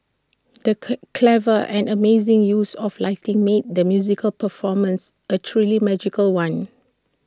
the clever and amazing use of lighting made the musical performance A truly magical one